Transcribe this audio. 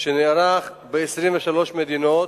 שנערך ב-23 מדינות.